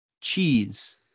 cheese